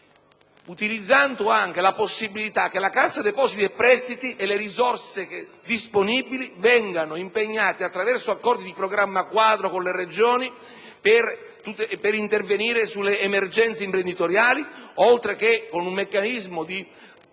utilizzando anche la possibilità che la Cassa depositi e prestiti e le risorse disponibili vengano impegnate, attraverso accordi di programma quadro con le Regioni, per intervenire sulle emergenze imprenditoriali, oltre che con un meccanismo di